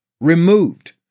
removed